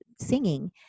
singing